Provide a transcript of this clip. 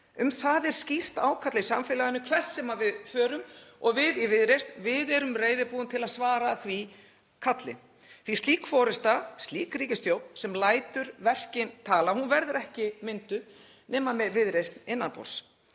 Um það er skýrt ákall í samfélaginu hvert sem við förum. Og við í Viðreisn erum reiðubúin til að svara því kalli. Slík forysta, slík ríkisstjórn, sem lætur verkin tala, verður ekki mynduð nema með Viðreisn innanborðs.